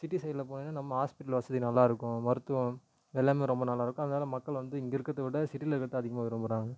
city சைடில் போனீங்கனா நம்ம ஹாஸ்பிட்டல் வசதி நல்லாயிருக்கும் மருத்துவம் எல்லாமே ரொம்ப நல்லாயிருக்கும் அதனால மக்கள் வந்து இங்கே இருக்கிறத விட சிட்டியில் இருக்கிறதுதான் அதிகமாக விரும்புகிறாங்க